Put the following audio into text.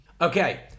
Okay